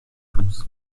fluss